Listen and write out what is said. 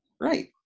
right